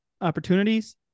opportunities